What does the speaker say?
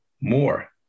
more